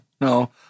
no